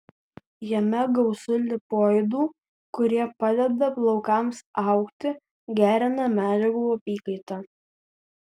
jame gausu lipoidų kurie padeda plaukams augti gerina medžiagų apykaitą